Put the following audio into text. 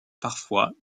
parfois